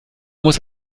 muss